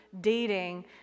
dating